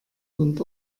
und